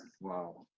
Wow